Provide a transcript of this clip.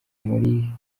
muri